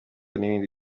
n’ibindi